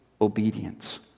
obedience